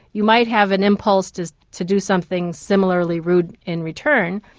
you might have an impulse to to do something similarly rude in return,